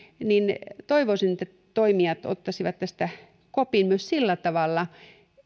niin toivoisin että toimijat ottaisivat kopin myös sillä tavalla